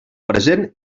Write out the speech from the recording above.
present